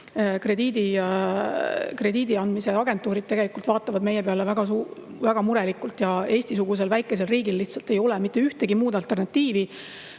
krediidi andmise agentuurid vaatavad meie peale väga-väga murelikult. Eesti-sugusel väikesel riigil lihtsalt ei ole mitte ühtegi muud alternatiivi,